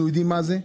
אנחנו יודעים מה זה.